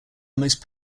most